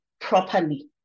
properly